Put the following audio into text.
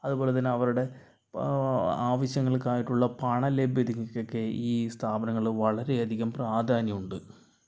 അതുപോലെ തന്നെ അവരുടെ ഇപ്പോൾ ആവശ്യങ്ങൾക്കായിട്ടുള്ള പണം ലഭ്യതക്കൊക്കെ ഈ സ്ഥാപനങ്ങളിൽ വളരെയധികം പ്രാധാന്യമുണ്ട്